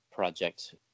Project